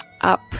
up